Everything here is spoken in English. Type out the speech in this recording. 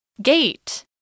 Gate